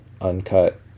uncut